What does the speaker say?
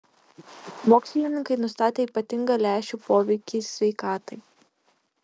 mokslininkai nustatė ypatingą lęšių poveikį sveikatai